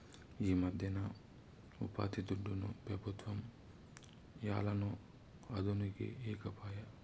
ఈమధ్యన ఉపాధిదుడ్డుని పెబుత్వం ఏలనో అదనుకి ఈకపాయే